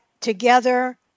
together